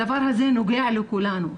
הדבר הזה נוגע לכולנו.